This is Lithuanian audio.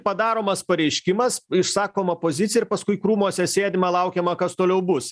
padaromas pareiškimas išsakoma pozicija ir paskui krūmuose sėdima laukiama kas toliau bus